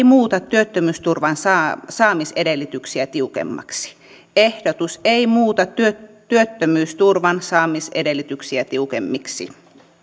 muuta työttömyysturvan saamisedellytyksiä tiukemmiksi ehdotus ei muuta työttömyysturvan saamisedellytyksiä tiukemmiksi